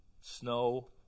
snow